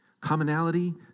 Commonality